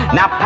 Now